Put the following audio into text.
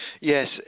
yes